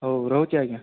ହଉ ରହୁଛି ଆଜ୍ଞା